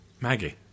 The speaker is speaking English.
Maggie